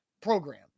program